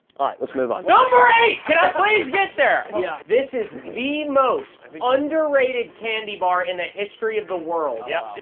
let's move on. number eight can i please get there? yeah. this is the most underrated candy bar in the history of the world. yeah.